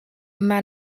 mae